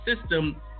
system